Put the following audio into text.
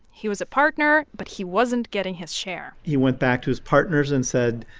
he was a partner, but he wasn't getting his share he went back to his partners and said,